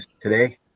today